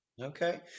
Okay